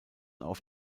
auf